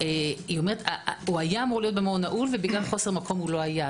היא אומרת: היה אמור להיות במעון נעול ובגלל חוסר מקום לא היה.